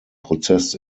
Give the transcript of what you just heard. prozess